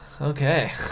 okay